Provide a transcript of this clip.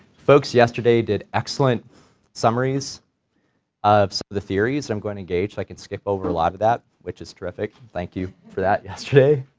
folks yesterday did excellent summaries of the theories that i'm going to gauge that i can skip over a lot of that which is terrific thank you for that yesterday,